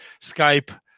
Skype